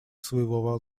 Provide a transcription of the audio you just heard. своего